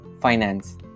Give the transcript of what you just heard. finance